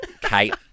Kate